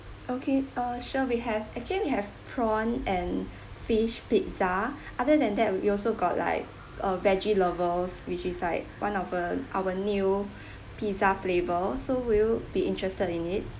okay uh sure we have again we have prawn and fish pizza other than that we also got like uh veggie lovers which is like one of uh our new pizza flavour so will you be interested in it